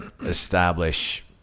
establish